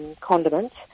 condiments